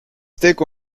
tegu